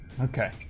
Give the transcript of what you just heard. Okay